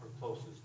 closest